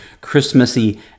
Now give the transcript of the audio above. Christmassy